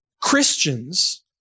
Christians